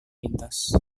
lintas